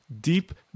deep